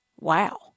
Wow